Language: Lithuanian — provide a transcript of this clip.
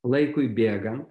laikui bėgant